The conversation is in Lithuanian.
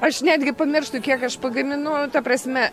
aš netgi pamirštu kiek aš pagaminu ta prasme